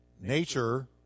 Nature